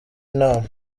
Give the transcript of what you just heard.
inama